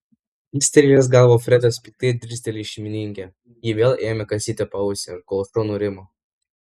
kilstelėjęs galvą fredas piktai dirstelėjo į šeimininkę ji vėl ėmė kasyti paausį kol šuo nurimo